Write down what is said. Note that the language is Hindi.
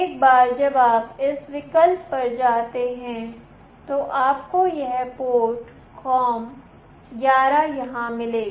एक बार जब आप इस विकल्प पर जाते हैं तो आपको यह पोर्ट कॉम 11 यहां मिलेगा